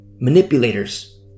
manipulators